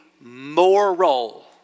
moral